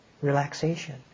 relaxation